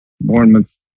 Bournemouth